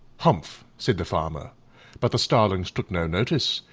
humph! said the farmer but the starlings took no notice,